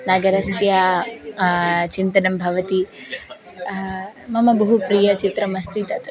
नगरस्य चिन्तनं भवति मम बहु प्रियचित्रमस्ति तत्